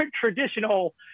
traditional